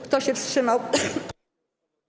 Kto się wstrzymał?